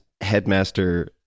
headmaster